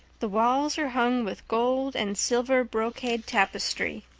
the walls are hung with gold and silver brocade tapestry.